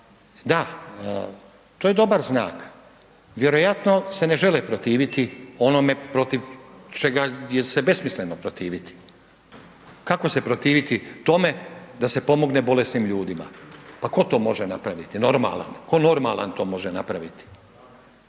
Da, to je dobar znak, vjerojatno se na žele protiviti onome protiv čega se je besmisleno protiviti. Kako se protiviti tome da se pomogne bolesnim ljudima, pa tko to može napraviti normalan, tko normalan to može napraviti.